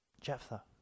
Jephthah